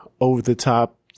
over-the-top